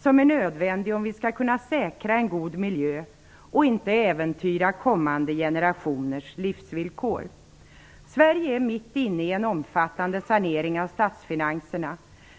som är nödvändig om vi skall kunna säkra en god miljö och inte äventyra kommande generationers livsvillkor. Sverige är mitt inne i en omfattande sanering av statsfinanserna.